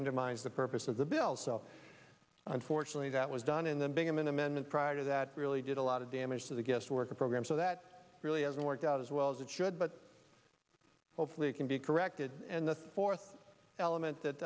undermines the purpose of the bill so unfortunately that was done in the big of an amendment prior to that really did a lot of damage to the guest worker program so that really hasn't worked out as well as it should but hopefully it can be corrected and the fourth element that